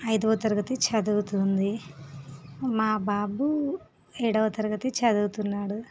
ఐదవ తరగతి చదువుతుంది మా బాబు ఏడవ తరగతి చదువుతున్నాడు